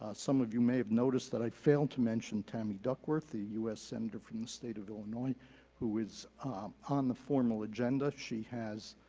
ah some of you may of noticed that i failed to mention tammy duckworth, the u s. senator from the state of illinois who is on the formal agenda. she has